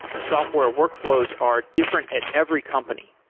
software workflows are different at every company.